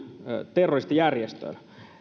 terroristijärjestöön